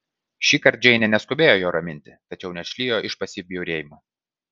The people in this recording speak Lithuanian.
šįkart džeinė neskubėjo jo raminti tačiau neatšlijo iš pasibjaurėjimo